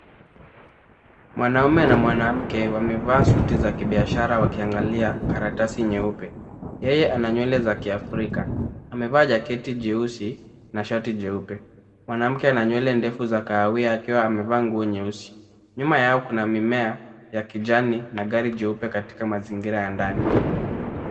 Mwanamme na mwanamke wamevaa suti za kibiashara wakiangalia karatasi nyeupe , yeye ana nywele za kiafrika .Ameevaa jaketi jeusi na shati cheupe , mwanamke ana nywele ndefu za kahawia akiwa amevaa nguo nyeusi .Nyuma yao Kuna mimea ya kijani na gari jeupe katika mazingira ya ndani .